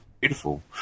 beautiful